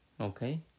okay